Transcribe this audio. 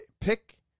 pick